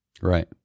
Right